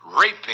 raping